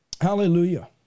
Hallelujah